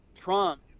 Trump